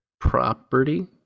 Property